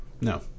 No